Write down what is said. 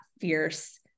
fierce